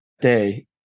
day